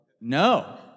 No